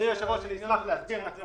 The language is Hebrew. אתם